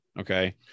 Okay